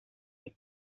the